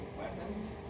weapons